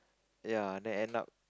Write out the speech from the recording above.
ya then end up